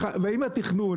ואם התכנון,